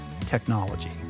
technology